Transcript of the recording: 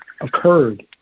occurred